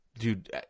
Dude